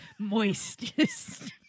moistest